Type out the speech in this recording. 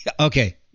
Okay